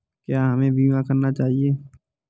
क्या हमें बीमा करना चाहिए?